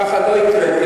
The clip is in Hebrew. ככה לא הקראתי,